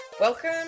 Welcome